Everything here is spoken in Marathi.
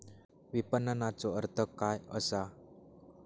विपणनचो अर्थ काय असा?